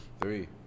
Three